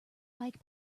bike